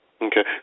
Okay